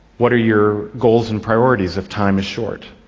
what are your goals and priorities if time is short?